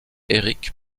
erich